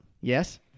Yes